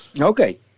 Okay